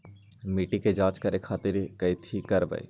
मिट्टी के जाँच करे खातिर कैथी करवाई?